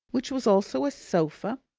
which was also a sofa,